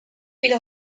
ils